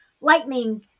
lightning